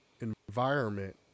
environment